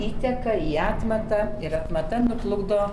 įteka į atmatą ir atmata nuplukdo